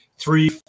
three